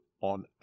on